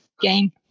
game